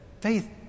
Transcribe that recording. faith